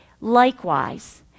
Likewise